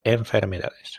enfermedades